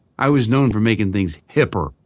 i was known for making things hipper,